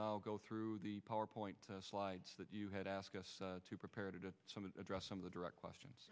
now go through the powerpoint slides that you had asked us to prepare to address some of the direct questions